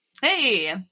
Hey